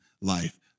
Life